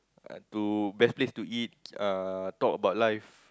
uh to best place to eat uh talk about life